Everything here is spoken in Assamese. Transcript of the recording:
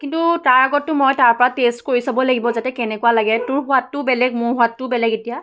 কিন্তু তাৰ আগততো মই তাৰ পৰা টেষ্ট কৰি চাব লাগিব যাতে কেনেকুৱা লাগে তোৰ সোৱাদটোও বেলেগ মোৰ সোৱাদটোও বেলেগ এতিয়া